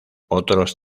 otros